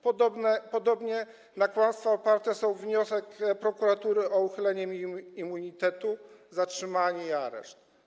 Podobnie na kłamstwach oparte są wniosek prokuratury o uchylenie mi immunitetu, zatrzymanie i areszt.